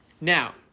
Now